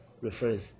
refers